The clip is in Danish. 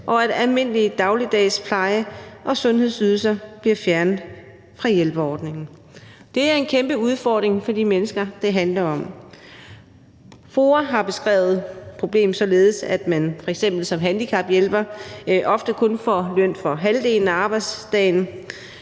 og at almindelige, dagligdags pleje- og sundhedsydelser bliver fjernet fra hjælperordningerne? Det er en kæmpe udfordring for de mennesker, det handler om. FOA har beskrevet problemet således, at man f.eks. som handicaphjælper ofte kun får løn for halvdelen af arbejdsdagen.